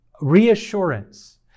reassurance